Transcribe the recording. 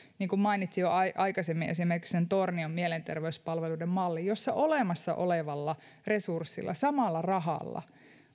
niin kuin mainitsin jo aikaisemmin esimerkiksi sen tornion mielenterveyspalveluiden mallin jossa olemassa olevalla resurssilla samalla rahalla